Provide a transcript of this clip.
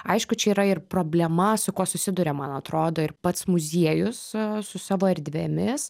aišku čia yra ir problema su kuo susiduria man atrodo ir pats muziejus su su savo erdvėmis